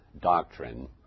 doctrine